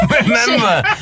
Remember